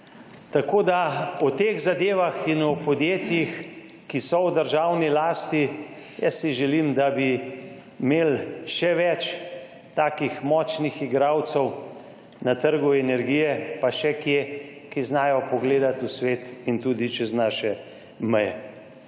Tako da o teh zadevah in o podjetjih, ki so v državni lasti, jaz si želim, da bi imeli še več takih močnih igralcev na trgu energije pa še kje, ki znajo pogledati v svet in tudi čez naše meje.